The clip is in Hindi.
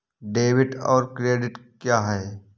डेबिट और क्रेडिट क्या है?